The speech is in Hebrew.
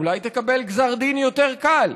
אולי תקבל גזר דין יותר קל.